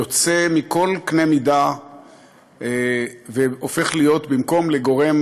יוצא מכל קנה מידה והופך להיות במקום גורם